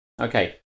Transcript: Okay